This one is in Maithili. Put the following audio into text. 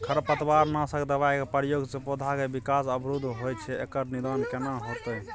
खरपतवार नासक दबाय के प्रयोग स पौधा के विकास अवरुध होय छैय एकर निदान केना होतय?